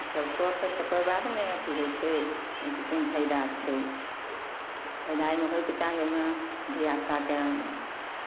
इसभ कऽ कऽ तकर बाद ने अथि होइ छै ईसँ कोन फाइदा छै फाइदा एहिमे होयके चाही ओहिमे धियापुताकेँ